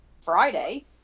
Friday